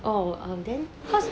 oh then cause